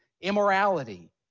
immorality